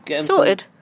Sorted